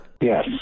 Yes